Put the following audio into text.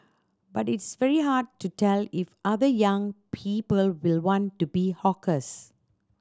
but it's very hard to tell if other young people will want to be hawkers